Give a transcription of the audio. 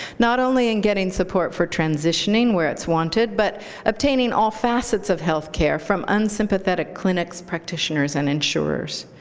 not only in getting support for transitioning, where it's wanted, but obtaining all facets of health care from unsympathetic clinics, practitioners, and insurers.